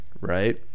right